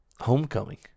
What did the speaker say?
homecoming